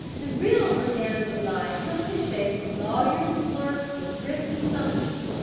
the real brigands of life come in the shape of lawyers' clerks with writs and summonses.